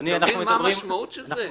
אתה מבין מה המשמעות של זה?